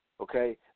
okay